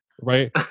right